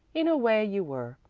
in a way you were.